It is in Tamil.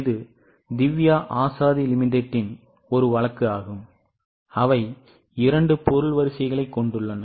இது திவ்யா ஆஷாதி லிமிடெட்டின் ஒரு வழக்கு ஆகும் அவை இரண்டு பொருள் வரிசைகளை உள்ளன